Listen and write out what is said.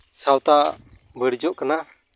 ᱥᱟᱶᱛᱟ ᱵᱟᱹᱲᱤᱡᱚᱜ ᱠᱟᱱᱟ